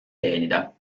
teenida